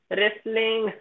Wrestling